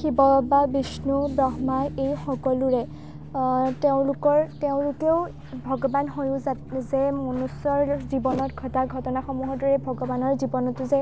শিৱ বা বিষ্ণু ব্ৰহ্মা এই সকলোৰে তেওঁলোকৰ তেওঁলোকেও ভগৱান হৈও যাত যে মনুষ্যৰ জীৱনত ঘটা ঘটনাসমূহৰ দৰে ভগৱানৰ জীৱনটো যে